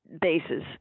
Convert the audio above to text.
bases